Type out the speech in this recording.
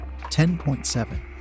10.7